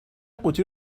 قوطی